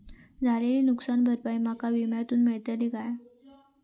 झालेली नुकसान भरपाई माका विम्यातून मेळतली काय?